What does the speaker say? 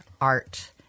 art